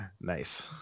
nice